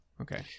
okay